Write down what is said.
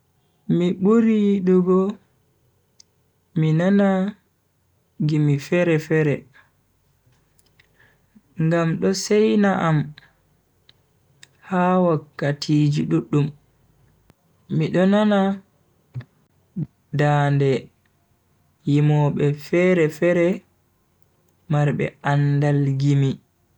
Miburi yidugo mi nana gimi fere-fere ngam do seina am ha wakkatiji duddum. mi do nana dande yimobe fere-fere marbe andal gimi.